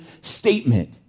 statement